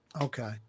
Okay